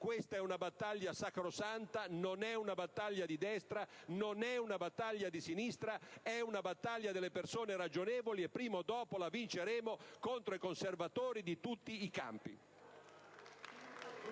Questa è una battaglia sacrosanta: non è una battaglia di destra, non è una battaglia di sinistra, è una battaglia delle persone ragionevoli e prima o dopo la vinceremo, contro i conservatori di tutti i campi.